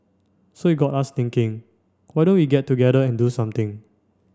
so it got us thinking why don't we get together and do something